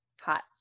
Hot